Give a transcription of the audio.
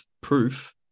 proof